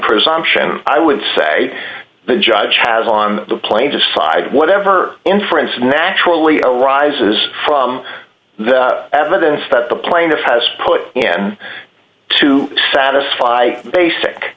presumption i would say the judge has on the plane just side whatever inference naturally arises from the evidence that the plaintiff has put in to satisfy the basic